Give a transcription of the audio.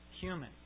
human